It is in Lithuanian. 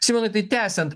simonai tai tęsiant